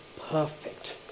perfect